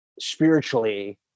spiritually